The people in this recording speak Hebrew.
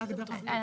זה כתוב בהגדרה.